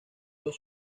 los